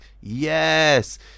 yes